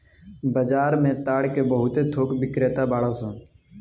बाजार में ताड़ के बहुत थोक बिक्रेता बाड़न सन